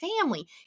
family